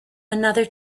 another